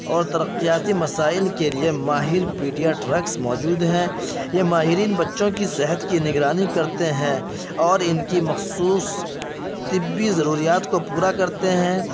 اور ترقیاتی مسائل کے لیے ماہر پیڈیا ٹرکس موجود ہیں یہ ماہرین بچوں کی صحت کی نگرانی کرتے ہیں اور ان کی مخصوص طبی ضروریات کو پورا کرتے ہیں